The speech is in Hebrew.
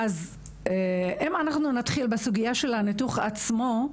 אם נתחיל בסוגיה של הניתוח עצמו,